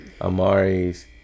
Amari's